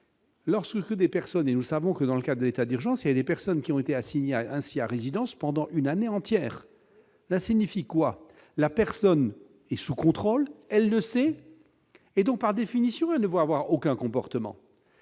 Lorsque des personnes et nous savons que dans le cas de l'état des gens, c'est des personnes qui ont été assignés à ainsi à résidence pendant une année entière la signifie quoi, la personne est sous contrôle, elle le sait et donc, par définition, elle ne va avoir aucun comportement